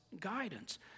guidance